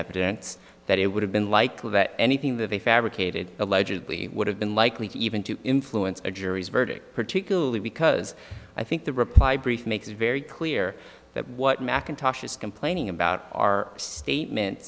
evidence that it would have been likely that anything that they fabricated allegedly would have been likely even to influence a jury's verdict particularly because i think the reply brief makes very clear that what mackintosh is complaining about are statement